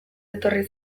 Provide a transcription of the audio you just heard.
etorri